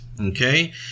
Okay